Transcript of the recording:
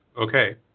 okay